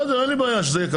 אין לי בעיה שזה יהיה ככה,